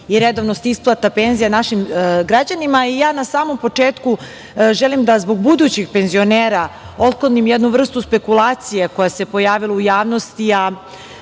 i redovnost isplata penzija našim građanima i na samom početku želim da zbog budućih penzionera otklonim jednu vrstu spekulacije koja se pojavila u javnosti,